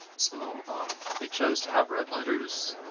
so they chose to have red letters.